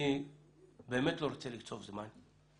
אני באמת לא רוצה לקצוב זמן,